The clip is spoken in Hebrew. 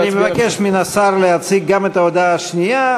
כן, אני מבקש מן השר להציג גם את ההודעה השנייה.